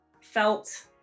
felt